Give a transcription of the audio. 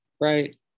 right